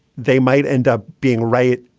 they might end up being right.